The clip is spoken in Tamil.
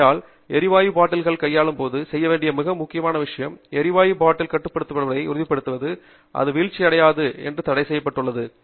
ஆகையால் நீ எரிவாயு பாட்டில்கள் கையாளும் போது செய்ய வேண்டிய மிக முக்கியமான விஷயம் எரிவாயு பாட்டில் கட்டுப்படுத்தப்படுவதை உறுதிப்படுத்துவது அது வீழ்ச்சியடையாது என்று தடைசெய்யப்பட்டுள்ளது